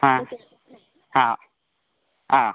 ആ ആ ആ